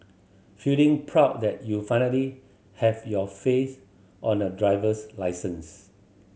feeling proud that you finally have your face on a driver's licence